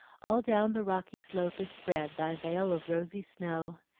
all down the rocky slope is spread thy veil of rosy snow,